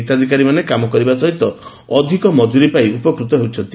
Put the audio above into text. ହିତାଧ୍କକରୀମାନେ କାମ କରିବା ସହିତ ଅଧ୍କ ମକ୍ରରୀ ପାଇ ଉପକୃତ ହେଉଛନ୍ତି